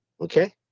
okay